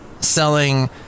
Selling